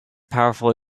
powerful